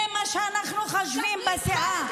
זה מה שאנחנו חושבים בסיעה.